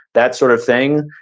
that sort of thing.